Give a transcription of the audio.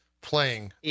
playing